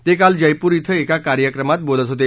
ते काल जयपूर डिं एका कार्यक्रमात बोलत होते